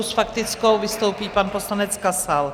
S faktickou vystoupí pan poslanec Kasal.